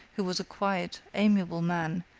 who was a quiet, amiable man,